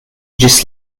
ĝis